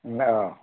ন অঁ